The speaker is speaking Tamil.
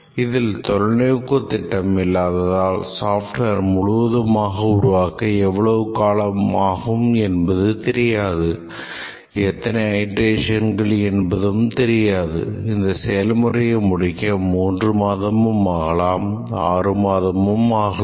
இதில் தொலைநோக்கு திட்டம் இல்லாததால் software முழுவதுமாக உருவாக்க எவ்வளவு காலம் ஆகும் என்பது தெரியாது எத்தனை அயிட்ரேஷன்கள் என்பதும் தெரியாது இந்த செயல்முறையை முடிக்க 3 மாதமும் ஆகலாம் 6 மாதமும் ஆகலாம்